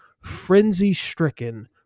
frenzy-stricken